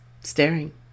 staring